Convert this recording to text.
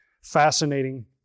fascinating